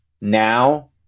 now